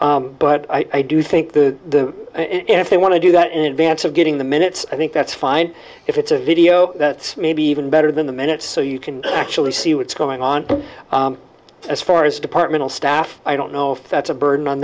but i do think the and if they want to do that in advance of getting the minutes i think that's fine if it's a video that's maybe even better than the minutes so you can actually see what's going on as far as departmental staff i don't know if that's a burden on